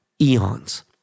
eons